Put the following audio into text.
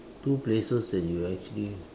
two places that you actually